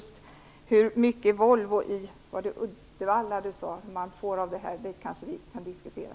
Så hur mycket Volvo i Uddevalla får kan vi kanske diskutera.